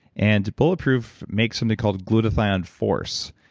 and bulletproof makes something called glutathione force,